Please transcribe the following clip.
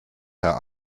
herr